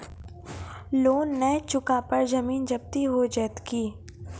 Loan न चुका पर जमीन जब्ती हो जैत की?